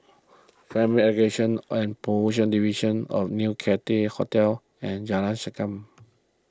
Family Education and Promotion Division a New Cathay Hotel and Jalan Segam